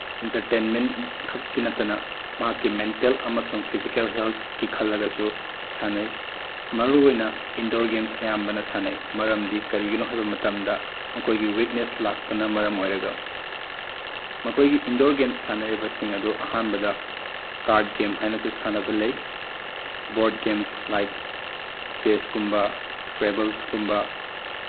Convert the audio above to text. ꯏꯇꯔꯇꯦꯟꯃꯦꯟꯈꯛꯀꯤ ꯅꯠꯇꯅ ꯃꯍꯥꯛꯀꯤ ꯃꯦꯟꯇꯦꯜ ꯑꯃꯁꯨꯡ ꯐꯤꯖꯤꯀꯦꯜ ꯍꯦꯜꯠꯀꯤ ꯈꯜꯂꯒꯁꯨ ꯁꯥꯟꯅꯩ ꯃꯔꯨꯑꯣꯏꯅ ꯏꯟꯗꯣꯔ ꯒꯦꯝꯁ ꯑꯌꯥꯝꯕꯅ ꯁꯥꯟꯅꯩ ꯃꯔꯝꯗꯤ ꯀꯔꯤꯒꯤꯅꯣ ꯍꯥꯏꯕ ꯃꯇꯝꯗ ꯃꯈꯣꯏꯒꯤ ꯋꯤꯛꯅꯦꯁ ꯂꯥꯛꯄꯅ ꯃꯔꯝ ꯑꯣꯏꯔꯒ ꯃꯈꯣꯏꯒꯤ ꯏꯟꯗꯣꯔ ꯒꯦꯝꯁ ꯁꯥꯟꯅꯔꯤꯕꯁꯤꯡ ꯑꯗꯨ ꯑꯍꯥꯟꯕꯗ ꯀꯥꯔꯠ ꯒꯦꯝ ꯍꯥꯏꯅꯁꯨ ꯁꯥꯟꯅꯕ ꯂꯩ ꯕꯣꯔꯠ ꯒꯦꯝꯁ ꯂꯥꯏꯛ ꯆꯦꯁꯀꯨꯝꯕ ꯏꯁꯀ꯭ꯔꯦꯕꯜꯁꯀꯨꯝꯕ